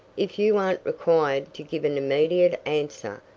if you aren't required to give an immediate answer,